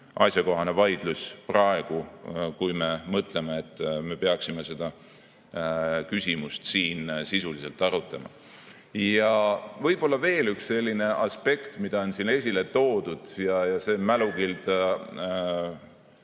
asjakohane vaidlus, kui me mõtleme, miks me peaksime seda küsimust siin sisuliselt arutama. Ja võib-olla veel üks aspekt, mis on siin esile toodud. See on mälukild